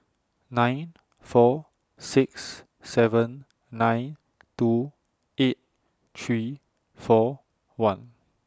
nine four six seven nine two eight three four one